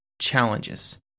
Challenges